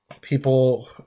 people